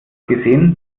gesehen